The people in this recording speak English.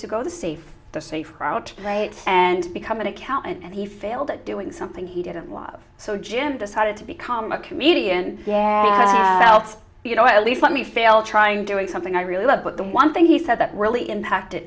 to go the safe the safe route right and become an accountant and he failed at doing something he didn't live so jim decided to become a comedian you know at least let me fail trying doing something i really love but the one thing he said that really impacted